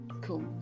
Cool